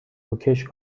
روکش